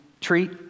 treat